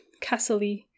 castle-y